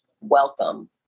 welcome